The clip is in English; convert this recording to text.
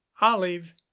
olive